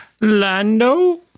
Lando